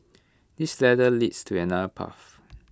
this ladder leads to another path